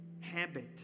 habit